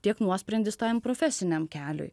tiek nuosprendis tajam profesiniam keliui